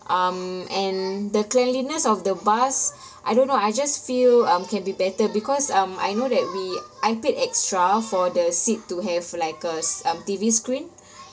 um and the cleanliness of the bus I don't know I just feel um can be better because um I know that we I paid extra for the seat to have like a s~ um T_V screen